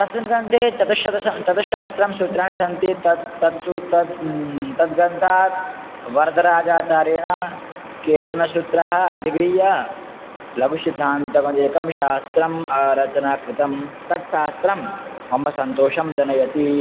तस्मिन् ग्रन्थे चतुःशतं चतुःसहस्राणि सूत्राणि सन्ति तत् तेषु तत् तत् ग्रन्थात् वरदराजाचारेण केचनसूत्राणि अधिकृत्य लघुसिद्धान्तकौमुदी एकं शास्त्रम् आरचना कृतं तत्शास्त्रं मम सन्तोषं जनयति